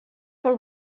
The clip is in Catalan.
pel